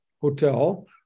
Hotel